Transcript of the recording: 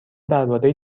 درباره